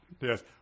Yes